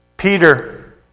Peter